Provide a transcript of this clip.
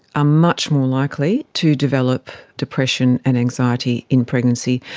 ah much more likely to develop depression and anxiety in pregnancy.